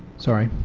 sorry.